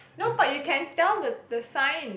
no but you can tell the the sign